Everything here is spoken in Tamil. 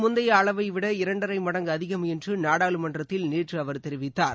முந்தையஅளவைவிட இரண்டரைமடங்குஅதிகம் என்றுநாடாளுமன்றத்தில் நேற்றுஅவர் இது தெரிவித்தார்